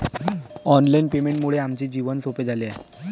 online पेमेंटमुळे आमचे जीवन सोपे झाले आहे